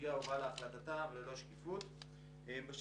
שהסוגיה הובאה להחלטתה וללא שקיפות כלפי הציבור.